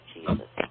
Jesus